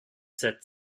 sept